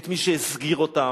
את מי שהסגיר אותם,